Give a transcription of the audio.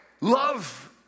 love